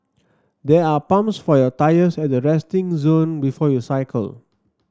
there are pumps for your tyres at the resting zone before you cycle